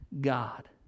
God